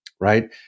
right